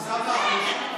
יוסף טייב.